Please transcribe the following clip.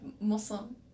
Muslim